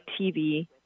TV